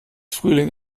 frühling